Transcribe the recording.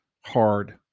hard